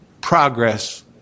progress